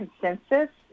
consensus